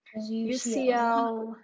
UCL